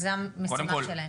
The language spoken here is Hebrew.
זה המשימה שלהם.